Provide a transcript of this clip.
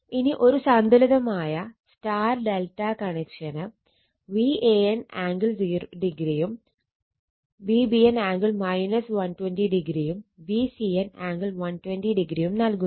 ഇനി ഒരു സന്തുലിതമായ Y ∆ കണക്ഷന് Van ആംഗിൾ 0o യും Vbn ആംഗിൾ 120o യും Vcn ആംഗിൾ 120o യും നൽകുന്നു